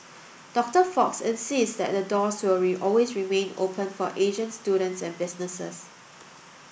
Doctor Fox insists that the doors will always remain open for Asian students and businesses